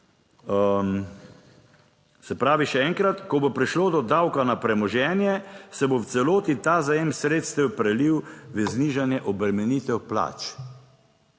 "Se pravi, še enkrat, ko bo prišlo do davka na premoženje, se bo v celoti ta zajem sredstev prelil v znižanje obremenitev plač."